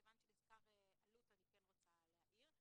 כיוון שנזכר אלו"ט אני כן רוצה להעיר.